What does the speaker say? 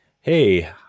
Hey